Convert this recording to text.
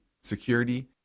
security